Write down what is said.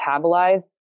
metabolize